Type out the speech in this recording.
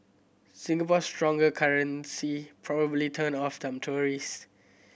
Singapore's stronger currency probably turned off some tourist